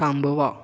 थांबवा